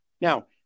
Now